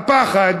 הפחד